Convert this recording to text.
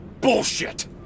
bullshit